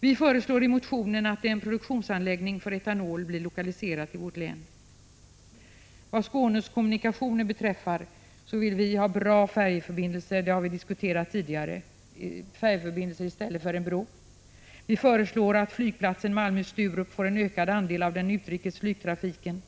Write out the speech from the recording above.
Vi föreslår i motionen att en produktionsanläggning för etanol blir lokaliserad till vårt län. Vad Skånes kommunikationer beträffar vill vi ha bra färjeförbindelser — det har vi diskuterat tidigare — i stället för en bro. Vi föreslår att flygplatsen Malmö-Sturup får en ökad andel av den utrikes flygtrafiken.